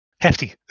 hefty